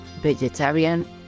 vegetarian